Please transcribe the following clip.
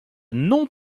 non